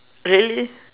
really